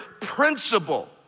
principle